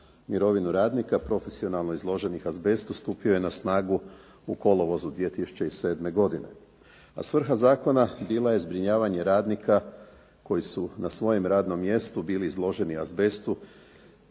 mirovinu radnika profesionalno izloženih azbestu stupio je na snagu u kolovozu 2007. godine, a svrha zakona bila je zbrinjavanje radnika koji su na svojem radnom mjestu bili izloženi azbestu,